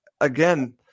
again